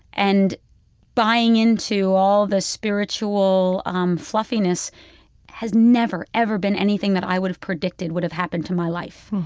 and buying into all the spiritual um fluffiness has never, ever been anything that i would've predicted would've happened to my life.